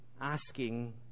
asking